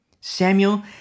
Samuel